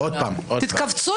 9 נמנעים,